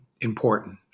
important